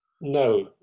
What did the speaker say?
No